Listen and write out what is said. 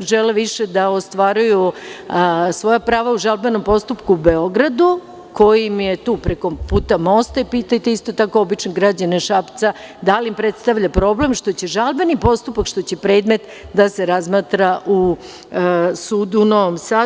žele više da ostvaruju svoja prava u žalbenom postupku u Beogradu, koji im je tu preko puta mosta i pitajte isto tako obične građane Šapca, da li im predstavlja problem što će žalbeni postupak, što će predmet da se razmatra u sudu u Novom Sadu.